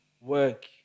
work